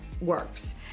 works